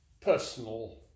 personal